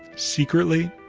secretly,